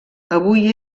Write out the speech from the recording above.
avui